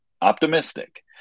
optimistic